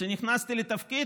כשנכנסתי לתפקיד,